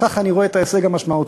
בכך אני רואה את ההישג המשמעותי,